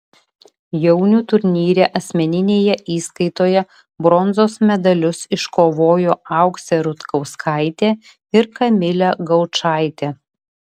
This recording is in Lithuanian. jaunių turnyre asmeninėje įskaitoje bronzos medalius iškovojo auksė rutkauskaitė ir kamilė gaučaitė